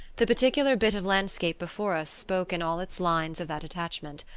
the particular bit of landscape before us spoke in all its lines of that attachment.